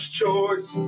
choice